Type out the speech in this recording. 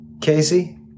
Casey